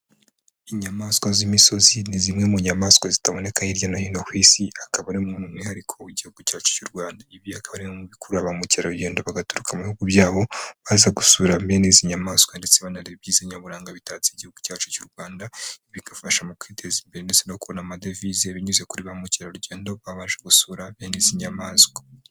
Inyamaswa z'imisozi ni zimwe mu nyamaswa zitaboneka hirya no hino ku isi akaba ari bimwe mu mwihariko w'Igihugu cyacu cy'u Rwanda. Ibi akaba ari bimwe mu bikurura ba mukerarugendo bagaturuka mu bihugu byabo baza gusuramo bene izi nyamaswa ndetse banareba ibyiza nyaburanga bitatse Igihugu cyacu cy'u Rwanda, bigafasha mu kwiteza imbere ndetse no kubona amadevize binyuze kuri ba mukerarugendo baba baje gusura bene izi nyamaswa.